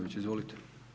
Izvolite.